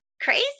crazy